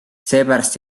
seepärast